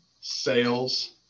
sales